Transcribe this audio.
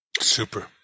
Super